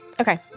Okay